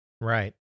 Right